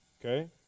Okay